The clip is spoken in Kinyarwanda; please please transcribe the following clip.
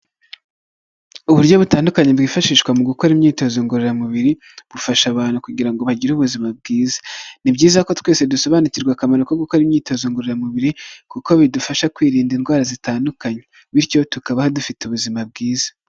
Uburyo butandukanye bwifashishwa mu gukora imyitozo ngororamubiri, bufasha abantu kugira ngo bagire ubuzima bwiza, ni byiza ko twese dusobanukirwa akamaro ko gukora imyitozo ngororamubiri, kuko bidufasha kwirinda indwara zitandukanye, bityo tukaba dufite ubuzima bwiza.